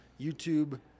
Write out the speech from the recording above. YouTube